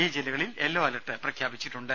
ഈ ജില്ലകളിൽ yellow alert പ്രഖ്യാപിച്ചിട്ടുണ്ട്